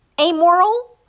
amoral